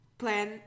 plan